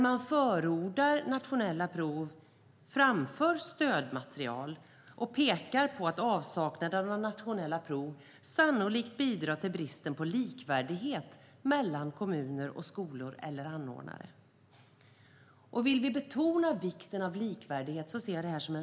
Man förordar nationella prov framför stödmaterial, och man pekar på att avsaknaden av nationella prov sannolikt bidrar till bristen på likvärdighet mellan kommuner och skolor eller anordnare. Vi vill betona vikten av likvärdighet.